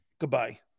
Goodbye